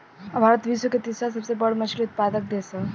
भारत विश्व के तीसरा सबसे बड़ मछली उत्पादक देश ह